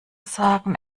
sagen